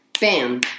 Bam